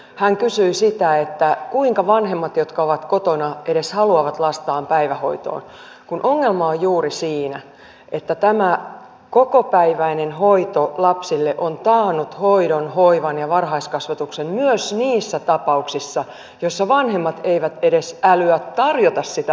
hän kysyi sitä kuinka vanhemmat jotka ovat kotona edes haluavat lastaan päivähoitoon kun ongelma on juuri siinä että tämä kokopäiväinen hoito lapsille on taannut hoidon hoivan ja varhaiskasvatuksen myös niissä tapauksissa joissa vanhemmat eivät edes älyä tarjota sitä vaihtoehtoa lapsille